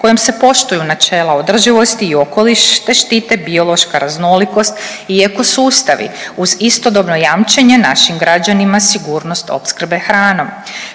kojom se poštuju načela održivosti i okoliš te štite biološka raznolikost i ekosustavi, uz istodobno jamčenje našim građanima sigurnost opskrbe hranom.